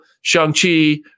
Shang-Chi